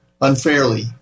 unfairly